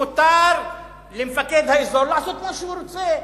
מותר למפקד האזור לעשות מה שהוא רוצה.